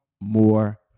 more